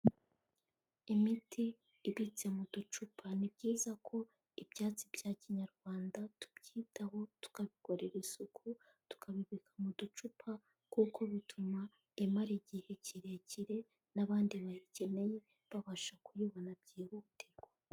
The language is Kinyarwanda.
Imiti ibitse mu ducupa, ni byiza ko ibyatsi bya kinyarwanda tubyitaho tukabikorera isuku, tukabibika mu ducupa kuko bituma imara igihe kirekire n'abandi bayikeneye babasha kuyibona byihutirwa.